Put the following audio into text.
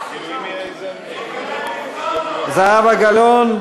זהבה גלאון?